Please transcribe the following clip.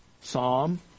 psalm